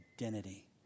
identity